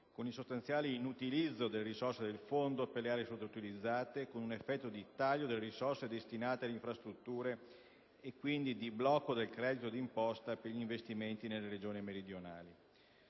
con un sostanziale inutilizzo delle risorse del Fondo per le aree sottoutilizzate, con un effetto di taglio delle risorse destinate alle infrastrutture e, quindi, di blocco del credito d'imposta per gli investimenti nelle Regioni meridionali.